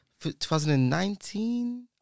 2019